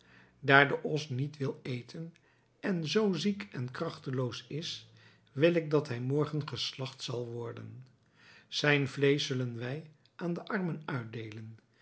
de os niet wil eten en zoo ziek en krachteloos is wil ik dat hij morgen geslagt zal worden zijn vleesch zullen wij aan de armen uitdeelen